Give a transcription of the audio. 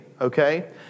Okay